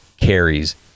carries